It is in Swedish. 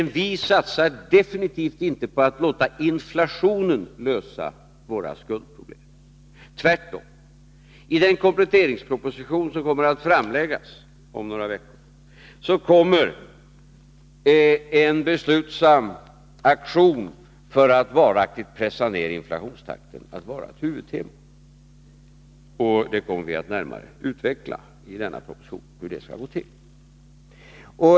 Vi satsar definitivt inte på att låta inflationen lösa våra skuldproblem — tvärtom. I den kompletteringsproposition som skall framläggas om några veckor kommer en beslutsam aktion för att varaktigt pressa ned inflaktionstakten att vara ett huvudtema. I denna proposition kommer vi att närmare utveckla hur det skall gå till.